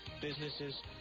businesses